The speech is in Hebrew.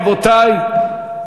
רבותי,